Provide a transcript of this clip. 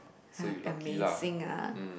a~ amazing ah